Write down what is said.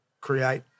create